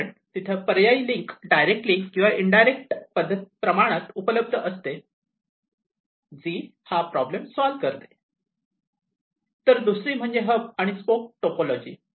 कारण तिथे पर्यायी लिंक डायरेक्टली किंवा इन डायरेक्ट उपलब्ध असते जी हा प्रॉब्लेम सॉल करते तर दुसरी म्हणजे हब आणि स्पोक टोपोलॉजी